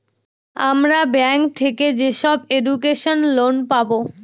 আমরা ব্যাঙ্ক থেকে যেসব এডুকেশন লোন পাবো